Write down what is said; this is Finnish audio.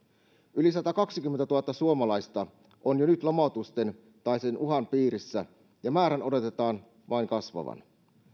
yli satakaksikymmentätuhatta suomalaista on jo nyt lomautusten tai sen uhan piirissä ja määrän odotetaan vain kasvavan